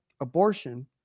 Abortion